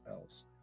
else